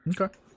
Okay